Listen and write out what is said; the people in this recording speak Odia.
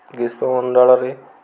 ଗ୍ରୀଷ୍ମ ମଣ୍ଡଳରେ